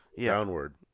downward